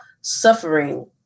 suffering